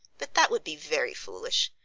but that would be very foolish,